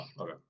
okay